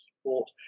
support